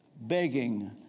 begging